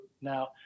now